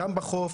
גם בחוף,